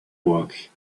work